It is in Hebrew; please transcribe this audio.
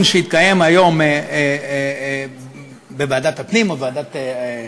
שהתקיים היום בוועדת הפנים או בוועדה,